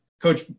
coach